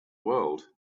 world